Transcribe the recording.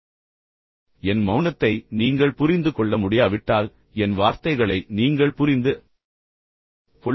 அடுத்தது மிகவும் சுவாரஸ்யமானது என் மௌனத்தை நீங்கள் புரிந்து கொள்ள முடியாவிட்டால் என் வார்த்தைகளை நீங்கள் புரிந்து கொள்ள முடியாது